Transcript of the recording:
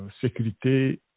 sécurité